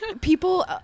People